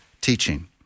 teaching